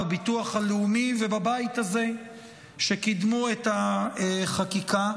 בביטוח הלאומי ובבית הזה שקידמו את החקיקה,